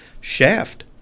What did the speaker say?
Shaft